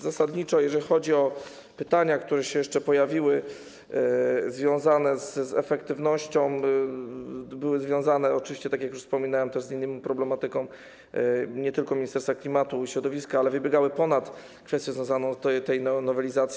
Zasadniczo jeżeli chodzi o pytania, które się jeszcze pojawiły, związane z efektywnością, związane oczywiście, tak jak już wspominałem, też z inną problematyką, nie tylko Ministerstwa Klimatu i Środowiska, to wybiegały one poza kwestię związaną z tą nowelizacją.